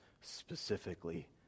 specifically